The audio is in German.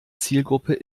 zielgruppe